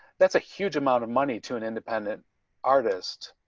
that's a huge amount of money to an independent artist,